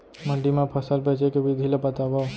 मंडी मा फसल बेचे के विधि ला बतावव?